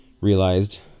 realized